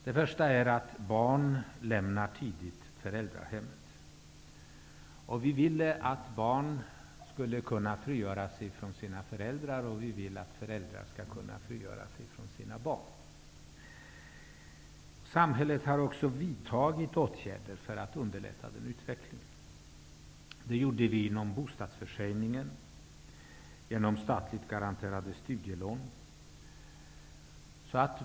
Det första är att barn lämnar föräldrahemmet tidigt. Vi vill att barn skall kunna frigöra sig från sina föräldrar, och vi vill att föräldrar skall kunna frigöra sig från sina barn. Samhället har också vidtagit åtgärder för att underlätta den utvecklingen. Det har skett inom bostadsförsörjningen och med hjälp av statligt garanterade studielån.